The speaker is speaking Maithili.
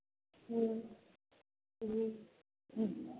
हँ हँ हँ